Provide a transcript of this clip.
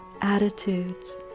attitudes